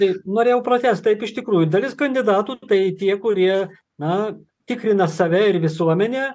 tai norėjau pratęst taip iš tikrųjų dalis kandidatų tai tie kurie na tikrina save ir visuomenę